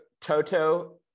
Toto